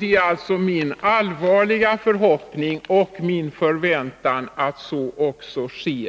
Det är alltså min allvarliga förhoppning och förväntan att så sker.